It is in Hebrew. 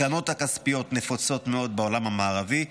הקרנות הכספיות נפוצות מאוד בעולם המערבי,